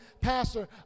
Pastor